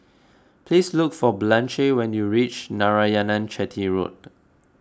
please look for Blanche when you reach Narayanan Chetty Road